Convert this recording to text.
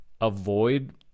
avoid